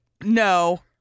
no